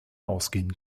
ausgehen